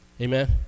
amen